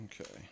Okay